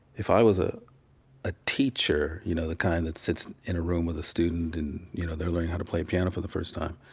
if i was ah a teacher, you know, the kind that sits in a room with a student and you know they are learning how to play piano for the first time,